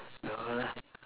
yeah leh